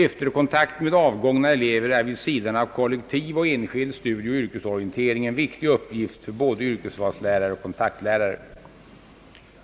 Efterkontakt med avgångna elever är vid sidan av kollektiv och enskild studieoch yrkesorientering en viktig uppgift för både yrkesvalslärare och kontaktlärare.